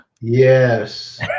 Yes